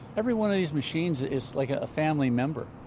everyone of these machines is like ah a family member,